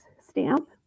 stamp